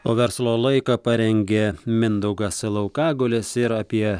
o verslo laiką parengė mindaugas laukagalis ir apie